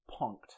punked